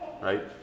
Right